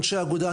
אנשי האגודה,